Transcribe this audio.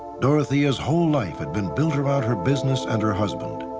dorothea's whole life had been built around her business and her husband.